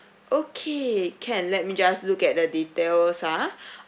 okay can let me just look at the details ah